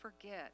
forget